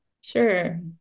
Sure